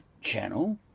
channel